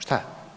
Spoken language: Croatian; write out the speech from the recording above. Šta?